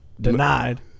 denied